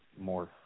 more